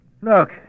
Look